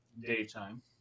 daytime